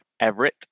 Everett